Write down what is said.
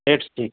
eight six